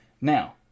now